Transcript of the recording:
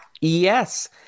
Yes